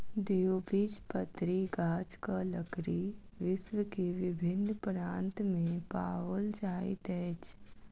द्विबीजपत्री गाछक लकड़ी विश्व के विभिन्न प्रान्त में पाओल जाइत अछि